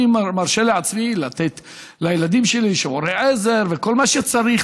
אני מרשה לעצמי לתת לילדים שלי שיעורי עזר וכל מה שצריך,